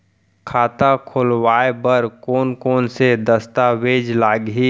खाता खोलवाय बर कोन कोन से दस्तावेज लागही?